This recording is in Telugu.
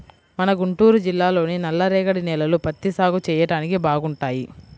మన గుంటూరు జిల్లాలోని నల్లరేగడి నేలలు పత్తి సాగు చెయ్యడానికి బాగుంటాయి